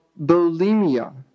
bulimia